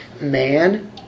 Man